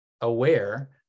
aware